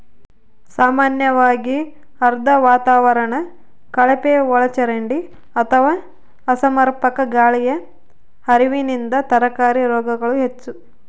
ಸಾಮಾನ್ಯವಾಗಿ ಆರ್ದ್ರ ವಾತಾವರಣ ಕಳಪೆಒಳಚರಂಡಿ ಅಥವಾ ಅಸಮರ್ಪಕ ಗಾಳಿಯ ಹರಿವಿನಿಂದ ತರಕಾರಿ ರೋಗಗಳು ಹೆಚ್ಚು